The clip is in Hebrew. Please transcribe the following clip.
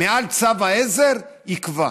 מעל צו העזר, יקבע.